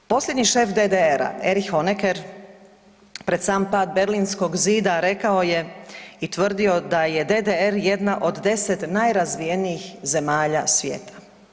Posljednji šef DDR-a Erich Honecker pred sam pad Berlinskog zida rekao je i tvrdio je da je DDR jedna od 10 najrazvijenijih zemalja svijeta.